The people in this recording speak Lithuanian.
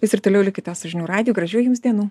jūs ir toliau likite su žinių radiju gražių jums dienų